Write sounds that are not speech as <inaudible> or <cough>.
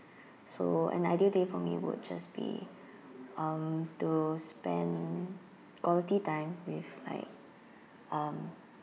<breath> so an ideal day for me would just be um to spend quality time with like um